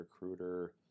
recruiter